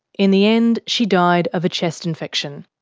in the end, she died of a chest infection.